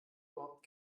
überhaupt